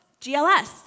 GLS